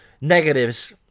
negatives